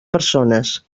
persones